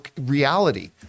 reality